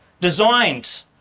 designed